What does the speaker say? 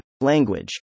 Language